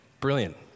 Brilliant